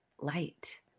light